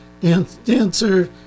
dancer